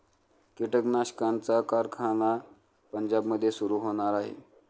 कीटकनाशकांचा कारखाना पंजाबमध्ये सुरू होणार आहे